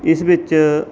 ਇਸ ਵਿੱਚ